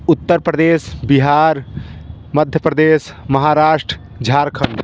Uttar Pradesh Bihar Madhya Pradesh Maharashtra Jharkhand